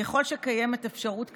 ככל שקיימת אפשרות כאמור,